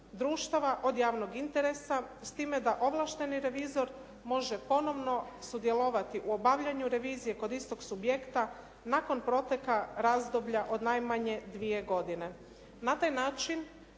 društava od javnog interesa, s time da ovlašteni revizor može ponovno sudjelovati u obavljanju revizije kod istog subjekta nakon proteka razdoblja od najmanje dvije godine.